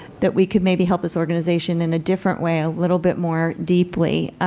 that we could maybe help this organization in a different way, a little bit more deeply.